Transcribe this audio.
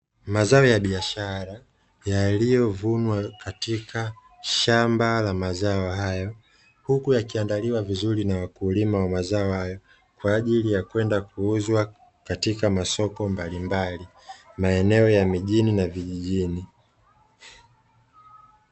Mazao ya biashara yaliyovunwa katika shamba la mazao hayo, huku yakiandaliwa vizuri na wakulima wa mazao hayo kwa ajili ya kwenda kuuzwa katika masoko mbalimbali, maeneo ya mijini na vijijini.